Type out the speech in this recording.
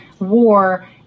war